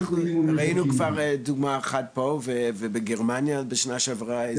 אנחנו ראינו כבר דוגמא אחת פה ובגרמניה בשנה שעברה.